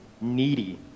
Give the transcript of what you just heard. needy